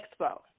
Expo